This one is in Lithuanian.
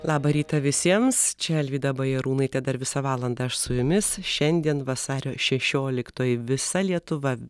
labą rytą visiems čia alvyda bajarūnaitė dar visą valandą aš su jumis šiandien vasario šešioliktoji visa lietuva